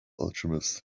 alchemists